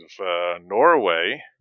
Norway